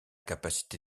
capacité